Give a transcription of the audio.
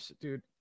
dude